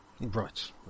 Right